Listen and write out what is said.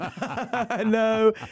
No